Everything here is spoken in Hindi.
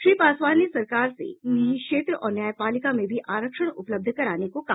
श्री पासवान ने सरकार से निजी क्षेत्र और न्यायपालिका में भी आरक्षण उपलब्ध कराने को कहा